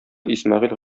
исмәгыйль